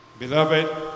Beloved